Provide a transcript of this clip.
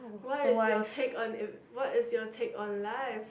what is your take on what is your take on life